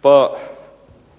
pa